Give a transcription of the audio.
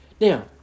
Now